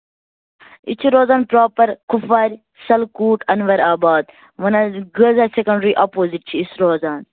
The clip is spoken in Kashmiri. أسۍ چھِ روزن پرٛوپَر کُپوارِ شَلکوٗٹ اَنوَر آباد وَن حظ گٔلٕز ہایر سٮ۪کنٛڈری اَپوزِٹ چھِ أسۍ روزان